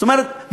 זאת אומרת,